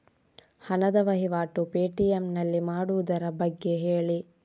ಹಣದ ವಹಿವಾಟು ಪೇ.ಟಿ.ಎಂ ನಲ್ಲಿ ಮಾಡುವುದರ ಬಗ್ಗೆ ಹೇಳಿ